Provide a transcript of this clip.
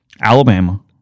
Alabama